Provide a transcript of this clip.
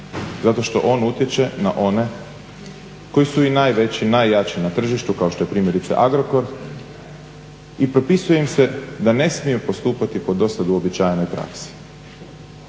zato što on utječe na one koji su i najveći, najjači na tržištu kao što je primjerice Agrokor i propisuje im se da ne smiju postupati po do sad uobičajenoj praksi.